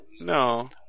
no